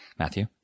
Matthew